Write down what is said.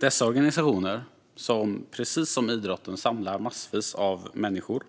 Dessa organisationer, som precis som idrotten samlar massvis av människor